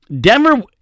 Denver